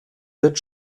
wird